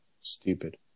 Stupid